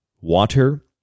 water